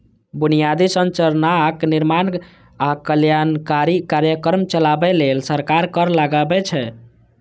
बुनियादी संरचनाक निर्माण आ कल्याणकारी कार्यक्रम चलाबै लेल सरकार कर लगाबै छै